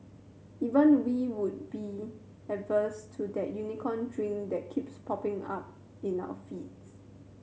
even we would be averse to that Unicorn Drink that keeps popping up in our feeds